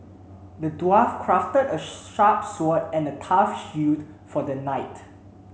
the dwarf crafted a sharp sword and a tough for the knight